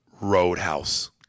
roadhouse